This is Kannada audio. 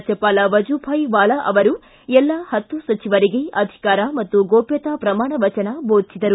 ರಾಜ್ಯಪಾಲ ವಜುಭಾಯ್ ವಾಲಾ ಅವರು ಎಲ್ಲಾ ಹತ್ತು ಸಚಿವರಿಗೆ ಅಧಿಕಾರ ಮತ್ತು ಗೋಷ್ಕತಾ ಪ್ರಮಾಣ ವಚನ ಬೋಧಿಸಿದರು